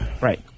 Right